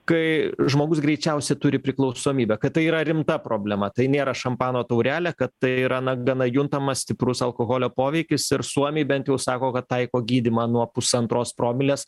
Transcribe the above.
kai žmogus greičiausiai turi priklausomybę kad tai yra rimta problema tai nėra šampano taurelė kad tai yra na gana juntamas stiprus alkoholio poveikis ir suomiai bent jau sako kad taiko gydymą nuo pusantros promilės